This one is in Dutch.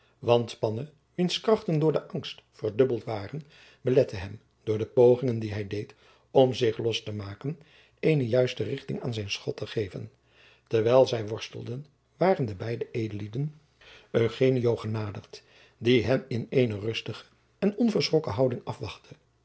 want panne wiens krachten door de angst verdubbeld waren belette hem door de pogingen die hij deed om zich los te maken eene juiste richting aan zijn schot te geven terwijl zij worstelden waren de beide edellieden eugenio genaderd die hen in eene rustige en onverschrokken houding afwachtte